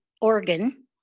organ